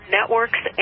Networks